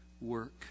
work